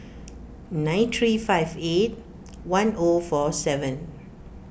nine three five eight one O four seven